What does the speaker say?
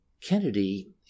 kennedy